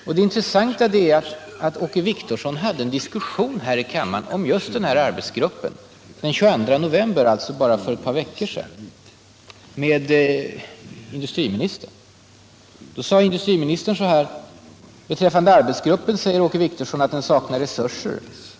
Åke Wictorsson förde en diskussion med industriministern här i kammaren den 22 november om den nu arbetande gruppen, alltså bara för några veckor sedan. Då sade industriministern bl.a. följande: ”Beträffande arbetsgruppen säger Åke Wictorsson att den saknar resurser.